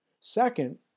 Second